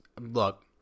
Look